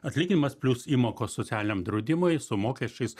atlyginimas plius įmokos socialiniam draudimui su mokesčiais